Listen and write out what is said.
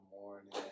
morning